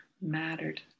mattered